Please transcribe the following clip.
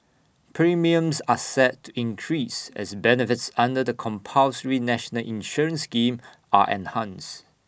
premiums are set to increase as benefits under the compulsory national insurance scheme are enhanced